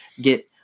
get